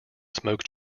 smoke